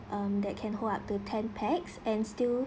um that can hold up to ten pax and still